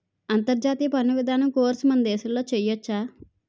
అంతర్జాతీయ పన్ను విధానం కోర్సు మన దేశంలో చెయ్యొచ్చా